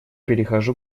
перехожу